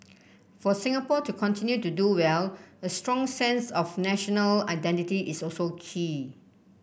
for Singapore to continue to do well a strong sense of national identity is also key